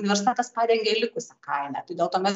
universitetas padengia likusią kainą dėl to mes